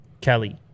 Kelly